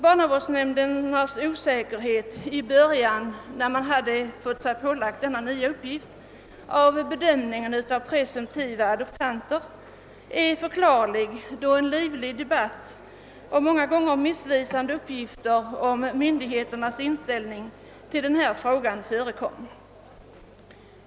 Barnavårdsnämndernas osäkerhet i början, när de hade fått sig pålagd denna nya uppgift, i fråga om bedömningen av presumtiva adoptanter är förklarlig, då en livlig debatt och många gånger missvisande uppgifter om myndigheternas inställning till denna fråga förekom.